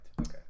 Okay